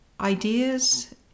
ideas